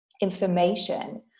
information